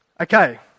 Okay